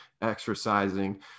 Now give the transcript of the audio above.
exercising